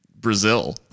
Brazil